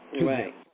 Right